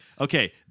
okay